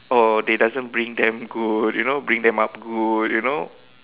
oh they doesn't bring them good you know bring them up good you know